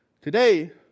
Today